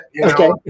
Okay